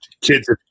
Kids